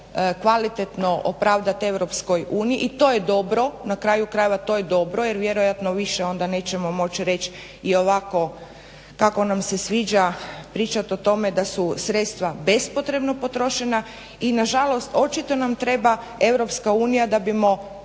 kvalitetno opravdati EU i to je dobro, na kraju krajeva to je dobro, jer vjerojatno više onda nećemo moć reć i ovako kako nam se sviđa pričat o tome da su sredstva bespotrebno potrošena i nažalost očito nam treba EU da bi sami sebe